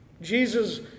Jesus